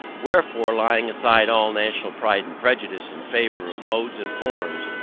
wherefore, laying aside all national pride and prejudice in favour of modes and forms,